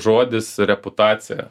žodis reputacija